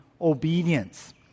Obedience